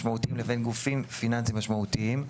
משמעותיים לבין גופים פיננסיים משמעותיים.